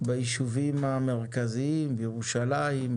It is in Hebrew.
בישובים המרכזיים: בירושלים,